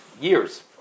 years